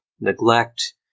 neglect